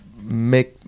make